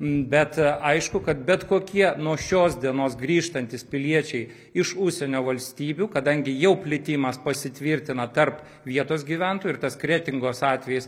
bet aišku kad bet kokie nuo šios dienos grįžtantys piliečiai iš užsienio valstybių kadangi jau plitimas pasitvirtina tarp vietos gyventojų ir tas kretingos atvejis